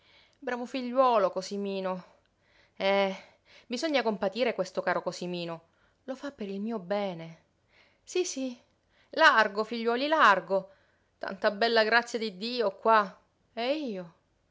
bravo figliuolo cosimino eh bisogna compatire questo caro cosimino lo fa per il mio bene sí sí largo figliuoli largo tanta bella grazia di dio qua e io